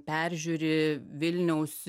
peržiūri vilniaus